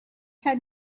had